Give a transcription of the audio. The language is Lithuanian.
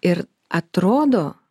ir atrodo